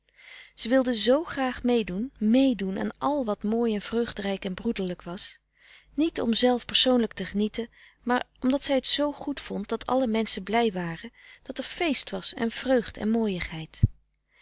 zij wilde zoo graag meedoen meedoen aan al wat mooi en vreugdrijk en broederlijk was niet om zelf persoonlijk te genieten maar omdat zij t zoo goed vond dat alle menschen blij waren dat er feest was en vreugd en